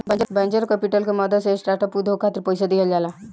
venture capital के मदद से स्टार्टअप उद्योग खातिर पईसा दिहल जाला